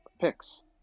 picks